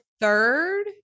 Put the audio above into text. third